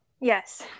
Yes